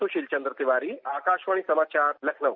सुशील चंद्र तिवारी आकाशवाणी समाचार लखनऊ